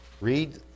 read